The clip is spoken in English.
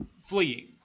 fleeing